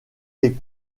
les